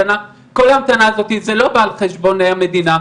כל ההמתנה הזאת, זה לא בא על חשבון המדינה.